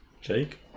Jake